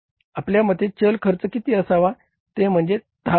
आपल्या मते चल खर्च किती असावा ते म्हणजे 10